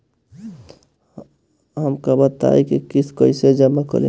हम का बताई की किस्त कईसे जमा करेम?